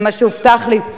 זה מה שהובטח לי.